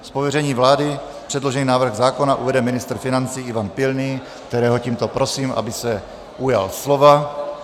Z pověření vlády předložený návrh zákona uvede ministr financí Ivan Pilný, kterého tímto prosím, aby se ujal slova.